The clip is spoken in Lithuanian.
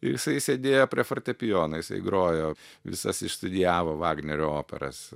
ir jisai sėdėjo prie fortepijono jisai grojo visas išstudijavo vagnerio operas